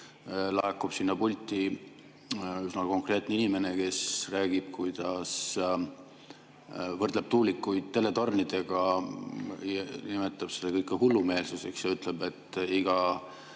laekub sinna pulti üsna konkreetne inimene, kes räägib, kuidas võrdleb tuulikuid teletornidega, nimetab seda kõike hullumeelsuseks ja ütleb, et iga